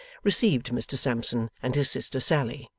received mr sampson and his sister sally.